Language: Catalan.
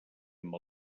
amb